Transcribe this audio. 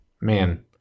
man